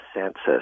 census